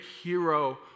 hero